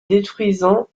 détruisant